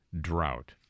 drought